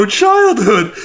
childhood